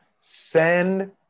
send